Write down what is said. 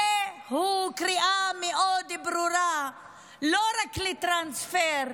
זוהי קריאה מאוד ברורה לא רק לטרנספר,